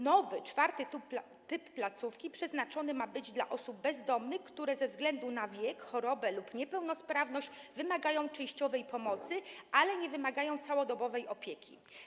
Nowy, czwarty typ placówki przeznaczony ma być dla osób bezdomnych, które ze względu na wiek, chorobę lub niepełnosprawność wymagają częściowej pomocy, ale nie wymagają całodobowej opieki.